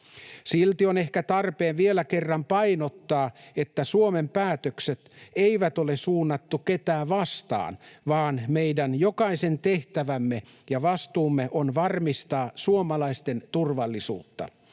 Silti on ehkä tarpeen vielä kerran painottaa, että Suomen päätökset eivät ole suunnattu ketään vastaan vaan meidän jokaisen tehtävämme ja vastuumme on varmistaa suomalaisten turvallisuutta.